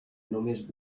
només